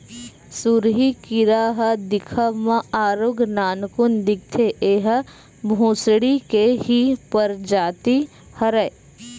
सुरही कीरा ह दिखब म आरुग नानकुन दिखथे, ऐहा भूसड़ी के ही परजाति हरय